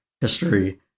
history